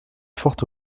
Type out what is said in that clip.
forte